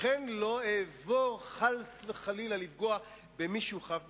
לכן לא אעבור, חס וחלילה, לפגוע במי שהוא חף מפשע.